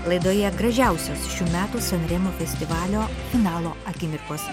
laidoje gražiausios šių metų san remo festivalio finalo akimirkos